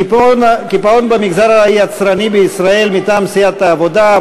הקיפאון במגזר היצרני בישראל, מטעם סיעת העבודה.